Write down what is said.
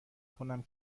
کنم